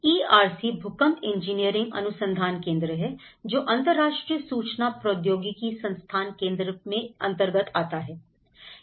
ERC भूकंप engineering अनुसंधान केंद्र है जो अंतरराष्ट्रीय सूचना प्रौद्योगिकी संस्थान केंद्र के अंतर्गत आता है